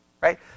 right